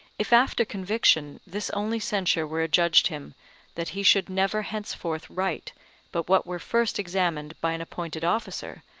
if after conviction this only censure were adjudged him that he should never henceforth write but what were first examined by an appointed officer,